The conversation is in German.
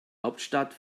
hauptstadt